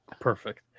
perfect